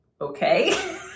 Okay